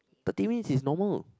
thirty minutes is normal